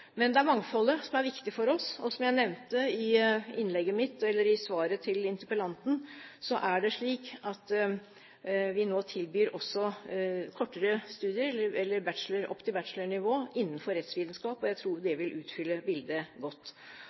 Men det er mangfoldet som er viktig for oss, og som jeg nevnte i svaret til interpellanten, er det slik at vi nå også tilbyr kortere studier, eller opp til bachelornivå innenfor rettsvitenskap, og jeg tror det vil utfylle bildet godt.